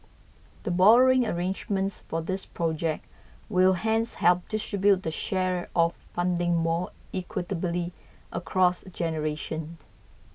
the borrowing arrangements for these project will hence help distribute the share of funding more equitably across generations